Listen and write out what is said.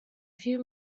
few